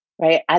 right